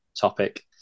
topic